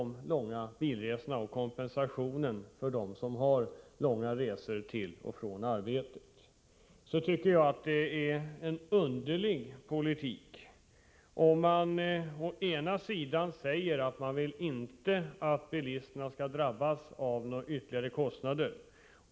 I fråga om kompensationen till dem som har lång väg att färdas med egen bil till och från sitt arbete vill jag framhålla att det är en underlig politik som bedrivs. Å ena sidan vill ni nämligen inte att bilisterna skall drabbas av ytterligare kostnader.